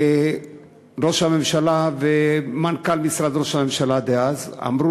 ראש הממשלה ומנכ"ל משרד ראש הממשלה דאז אמרו